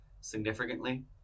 significantly